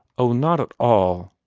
oh, not at all,